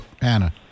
Anna